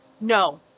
no